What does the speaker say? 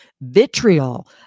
vitriol